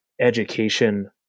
education